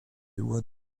lois